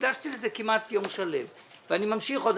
הקדשתי לזה כמעט יום שלם ואני ממשיך עוד,